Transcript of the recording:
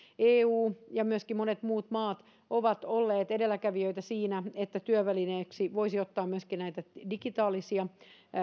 eu ja myöskin monet muut maat ovat olleet edelläkävijöitä siinä että työvälineeksi voisi ottaa myöskin näitä digitaalisia